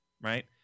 right